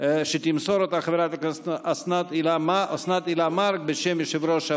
שתמסור חברת הכנסת אוסנת הילה מארק בשם יושב-ראש הוועדה.